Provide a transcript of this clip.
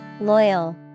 Loyal